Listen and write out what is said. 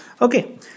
Okay